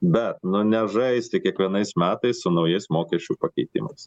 bet nu nežaisti kiekvienais metais su naujais mokesčių pakeitimais